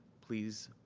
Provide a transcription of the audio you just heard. please